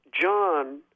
John